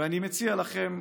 ואני מציע לכם,